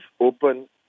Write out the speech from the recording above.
open